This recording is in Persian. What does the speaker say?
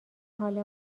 حال